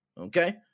Okay